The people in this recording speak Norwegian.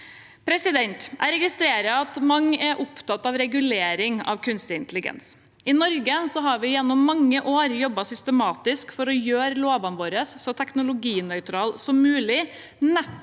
innhold. Jeg registrerer at mange er opptatt av regulering av kunstig intelligens. I Norge har vi gjennom mange år jobbet systematisk for å gjøre lovene våre så teknologinøytrale som mulig, nettopp